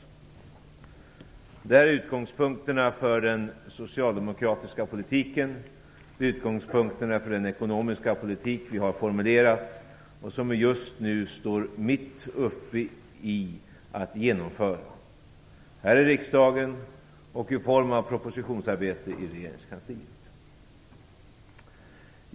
Det är utgångspunkterna för den socialdemokratiska politiken, för den ekonomiska politik vi har formulerat och som vi just nu står mitt uppe i att genomföra, här i riksdagen och i propositionsarbete i regeringskansliet.